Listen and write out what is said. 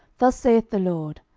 thus saith the lord,